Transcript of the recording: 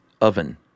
oven